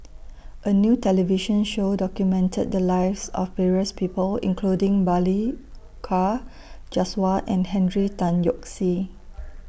A New television Show documented The Lives of various People including Balli Kaur Jaswal and Henry Tan Yoke See